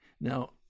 Now